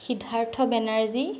Siddharth Banerjee